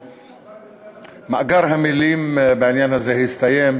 מאגר המילים בעניין הזה הסתיים,